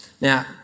Now